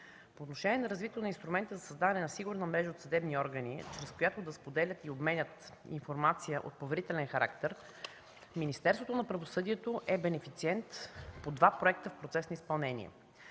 По отношение на развитието на инструменти за създаване на сигурна мрежа от съдебни органи, чрез която да споделят и обменят информация от поверителен характер, Министерството на правосъдието е бенефициент по два проекта в процес на изпълнение.